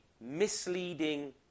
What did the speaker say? misleading